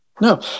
No